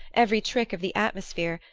every trick of the atmosphere,